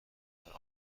زودتر